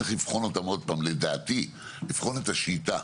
צריך שוב לבחון אותן ולדעתי לבחון את השיטה.